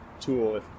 tool